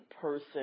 person